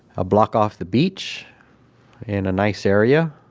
a block off the beach in a nice area.